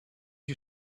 you